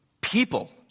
people